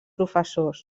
professors